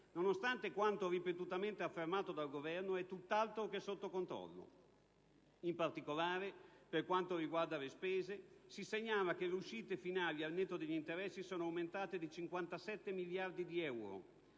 nonostante quanto ripetutamente affermato dal Governo, è tutt'altro che sotto controllo. In particolare, per quanto riguarda le spese, si segnala che le uscite finali al netto degli interessi sono aumentate di 57 miliardi di euro,